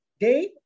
day